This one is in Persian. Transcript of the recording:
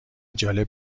جالب